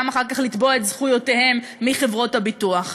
וגם אחר כך לתבוע את זכויותיהם מחברות הביטוח.